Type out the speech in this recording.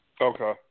Okay